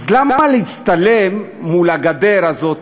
אז למה להצטלם מול הגדר הזאת,